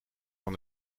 van